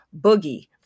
Boogie